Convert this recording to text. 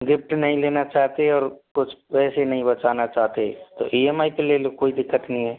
gift नहीं लेना चाहते और कुछ पैसे नहीं बचना चाहते हैं तो ई एम आइ पर ले लो कोई दिक्कत नहीं है